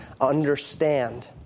understand